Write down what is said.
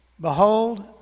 Behold